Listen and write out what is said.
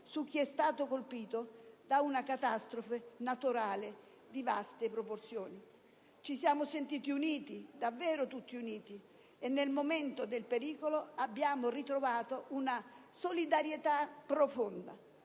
sono stati colpiti da una catastrofe naturale di vaste proporzioni. Ci siamo sentiti uniti, davvero tutti uniti, e nel momento del pericolo abbiamo ritrovato una solidarietà profonda.